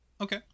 Okay